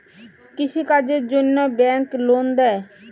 কৃষি কাজের জন্যে ব্যাংক লোন দেয়?